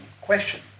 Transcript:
question